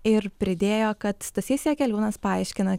ir pridėjo kad stasys jakeliūnas paaiškina